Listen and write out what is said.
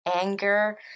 anger